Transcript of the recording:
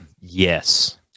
Yes